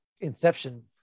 Inception